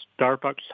Starbucks